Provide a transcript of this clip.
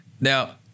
Now